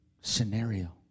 scenario